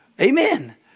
amen